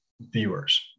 viewers